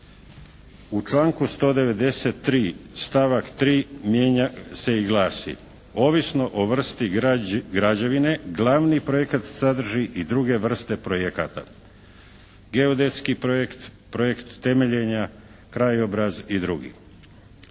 U članku 193., stavak 3. mijenja se i glasi: "Ovisno o vrsti građevine glavni projekat sadrži i druge vrste projekata, geodetski projekt, projekt temeljenja, krajobraz i drugi."